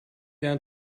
down